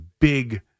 big